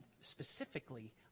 specifically